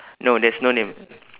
no there's no name